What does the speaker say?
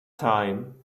time